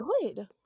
good